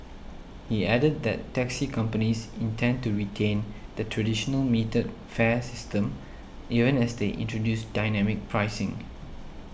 he added that taxi companies intend to retain the traditional metered fare system even as they introduce dynamic pricing